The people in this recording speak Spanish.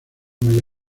mayor